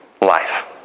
life